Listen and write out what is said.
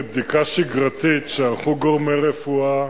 בבדיקה שגרתית שערכו גורמי רפואה